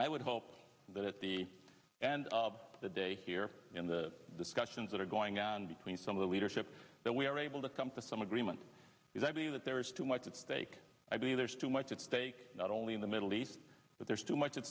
i would hope that the and the day here in the discussions that are going on between some of the leadership that we are able to come to some agreement because i believe that there is too much at stake i believe there's too much at stake not only in the middle east but there's too much at